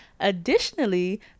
additionally